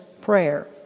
prayer